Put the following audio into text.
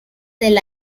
del